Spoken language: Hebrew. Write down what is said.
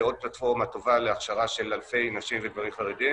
עוד פלטפורמה טובה להכשרה של אלפי נשים וגברים חרדים,